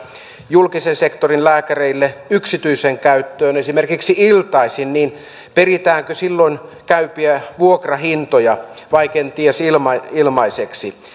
julkisen sektorin lääkäreille yksityiseen käyttöön esimerkiksi iltaisin peritäänkö silloin käypiä vuokrahintoja vai annetaanko kenties ilmaiseksi